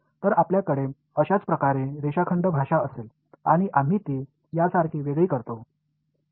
तर आपल्याकडे अशाच प्रकारे रेषाखंड भाषा असेल आणि आम्ही ती यासारखी वेगळी करतो